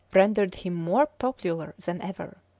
rendered him more popular than ever.